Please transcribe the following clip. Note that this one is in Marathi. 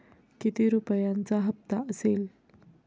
किती रुपयांचा हप्ता असेल?